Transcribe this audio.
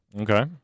Okay